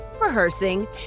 rehearsing